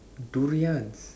durians